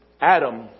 Adam